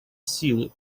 силы